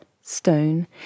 stone